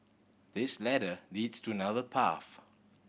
this ladder leads to another path